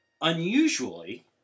unusually